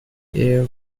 air